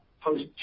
post